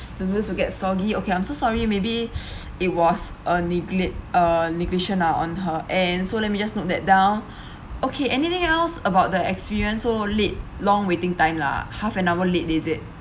noodles will get soggy okay I'm so sorry maybe it was uh neglect uh neglection ah on her end so let me just note that down okay anything else about the experience so late long waiting time lah half an hour late is it